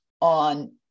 on